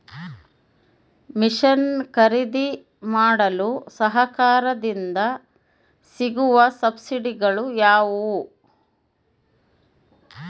Mission ಖರೇದಿಮಾಡಲು ಸರಕಾರದಿಂದ ಸಿಗುವ ಸಬ್ಸಿಡಿಗಳು ಯಾವುವು?